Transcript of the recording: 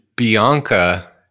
Bianca